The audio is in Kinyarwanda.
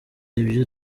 ibyo